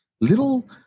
little